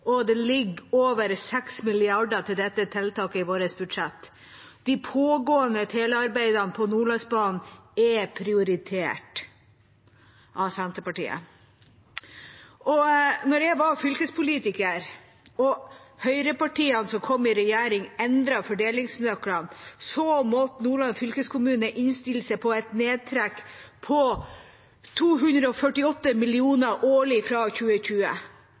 og det ligger over 6 mrd. kr til dette tiltaket i vårt budsjett. De pågående telearbeidene på Nordlandsbanen er prioritert av Senterpartiet. Da jeg var fylkespolitiker og høyrepartiene som kom i regjering, endret fordelingsnøklene, måtte Nordland fylkeskommune innstille seg på et nedtrekk på 248 mill. kr årlig fra 2020.